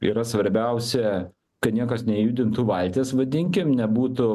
yra svarbiausia kad niekas nejudintų valties vadinkim nebūtų